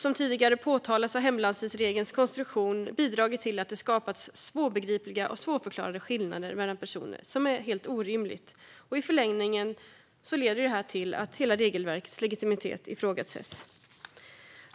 Som tidigare påtalats har hemlandstidsregelns konstruktion bidragit till att det skapats svårbegripliga och svårförklarade skillnader mellan personer. Det är helt orimligt. I förlängningen leder det här till att hela regelverkets legitimitet ifrågasätts.